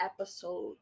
episode